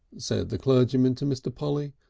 said the clergyman to mr. polly.